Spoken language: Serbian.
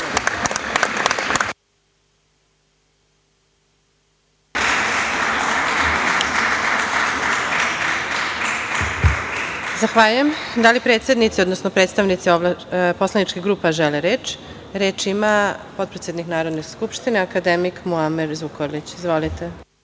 Zahvaljujem. Da li predsednici, odnosno ovlašćeni predstavnici poslaničkih grupa žele reč? Reč ima potpredsednik Narodne skupštine akademik Muamer Zukorlić. Izvolite.